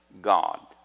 God